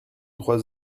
trois